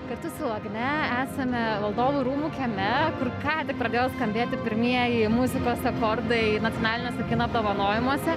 kartu su agne esame valdovų rūmų kieme kur ką tik pradėjo skambėti pirmieji muzikos akordai nacionaliniuose kino apdovanojimuose